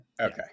okay